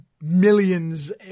millions